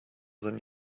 than